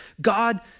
God